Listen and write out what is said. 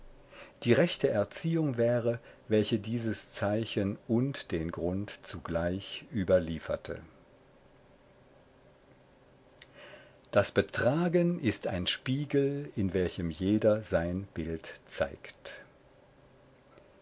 die rechte erziehung wäre welche dieses zeichen und den grund zugleich überlieferte das betragen ist ein spiegel in welchem jeder sein bild zeigt